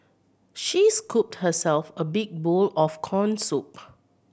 she scooped herself a big bowl of corn soup